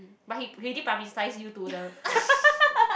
but he he already publicize you to the